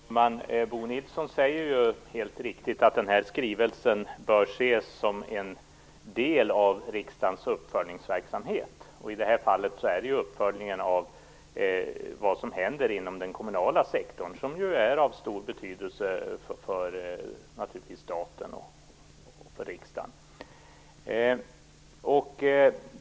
Herr talman! Bo Nilsson säger helt riktigt att skrivelsen bör ses som en del av riksdagens uppföljningsverksamhet. I det här fallet handlar det om en uppföljning av vad som händer i den kommunala sektorn, som ju är av stor betydelse för staten och för riksdagen.